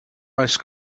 ice